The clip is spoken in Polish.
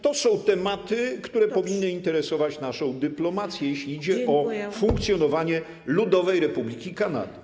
To są tematy, które powinny interesować naszą dyplomację, jeśli idzie o funkcjonowanie Ludowej Republiki Kanady.